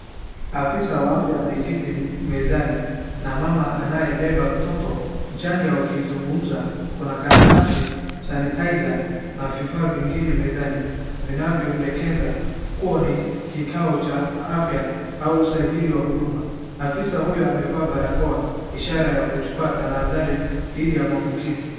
Afisa wa afya ameketi mezani, na mama anaye beba mtoto mchanga wakizungumza, kuna karatasi, sanitizer na vifaa vingine mezani, vinavyodekeza, kuwa ni kikao cha afya, au sajili wa huduma. Afisa huyu amevaa barakoa, ishara ya kuchukua tanadhari, dhidi ya maambukizi.